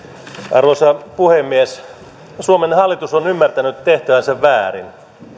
arvoisa puhemies suomen hallitus on ymmärtänyt tehtävänsä väärin